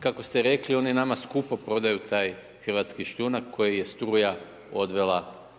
kako ste rekli oni nama skupo prodaju taj hrvatski šljunak koji je struja